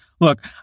look